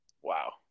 Wow